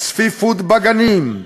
צפיפות בגנים,